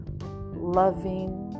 loving